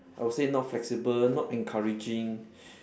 I'll say not flexible not encouraging